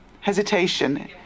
hesitation